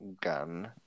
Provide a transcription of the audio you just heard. gun